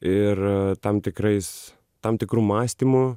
ir tam tikrais tam tikru mąstymu